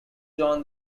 john